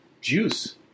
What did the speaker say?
juice